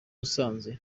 musanze